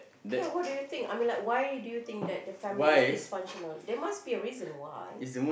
ya what do you think I mean like why do you think that the family is dysfunctional there must be a reason why